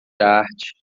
arte